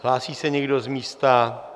Hlásí se někdo z místa?